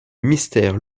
mystères